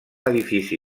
edifici